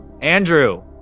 Andrew